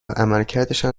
عملکردشان